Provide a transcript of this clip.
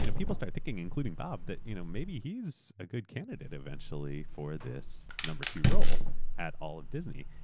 you know people start thinking, including bob, that you know maybe heaeurs a good candidate, eventually, for this number two role at all of disney.